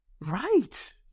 right